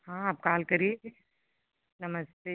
हाँ आप कॉल करिए किसी नमस्ते